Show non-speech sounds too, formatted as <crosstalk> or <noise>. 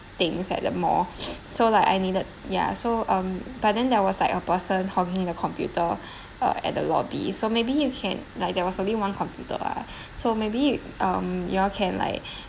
things at the mall <breath> so like I needed ya so um but then there was like a person hogging the computer <breath> err at the lobby so maybe you can like there was only one computer ah so maybe um you all can like <breath>